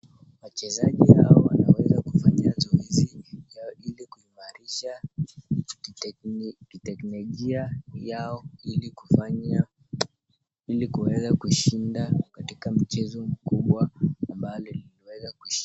Wachezaji hawa wanaweza kufanya zoezi ilikumarisha kiteknologia yao ilikuifanyia ilikuweza kuishinda katika mchezo mkubwa ambalo limeweza kushi....